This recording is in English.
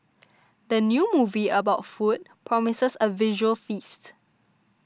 the new movie about food promises a visual feast